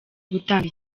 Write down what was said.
gutanga